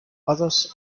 others